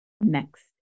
next